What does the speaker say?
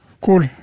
Cool